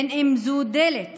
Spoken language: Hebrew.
בין שזו דלת